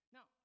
Now